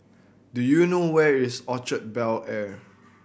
do you know where is Orchard Bel Air